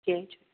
change